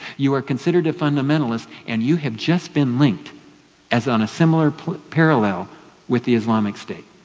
you were considered a fundamentalist and you have just been linked as on a similar parallel with the islamic state.